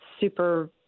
super